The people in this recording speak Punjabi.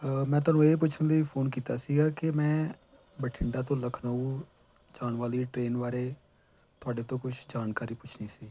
ਮੈਂ ਤੁਹਾਨੂੰ ਇਹ ਪੁੱਛਣ ਲਈ ਫੋਨ ਕੀਤਾ ਸੀਗਾ ਕਿ ਮੈਂ ਬਠਿੰਡਾ ਤੋਂ ਲਖਨਊ ਜਾਣ ਵਾਲੀ ਟ੍ਰੇਨ ਬਾਰੇ ਤੁਹਾਡੇ ਤੋਂ ਕੁਛ ਜਾਣਕਾਰੀ ਪੁੱਛਣੀ ਸੀ